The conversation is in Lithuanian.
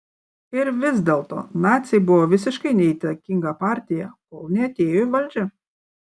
ir vis dėlto naciai buvo visiškai neįtakinga partija kol neatėjo į valdžią